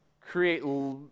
create